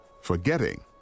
forgetting